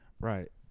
right